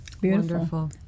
Beautiful